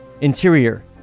Interior